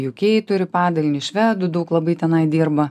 ju kei turi padalinį švedų daug labai tenai dirba